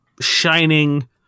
shining